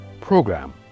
program